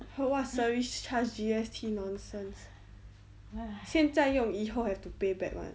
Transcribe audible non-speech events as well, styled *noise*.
*noise* what service charge G_S_T nonsense 现在用以后 have to pay back [one]